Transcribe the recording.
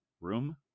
Room